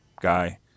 guy